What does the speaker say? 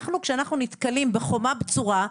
כשאנחנו נתקלים בחומה בצורה,